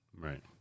Right